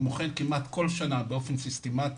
כמו כן, כמעט כל שנה באופן ססטמטי,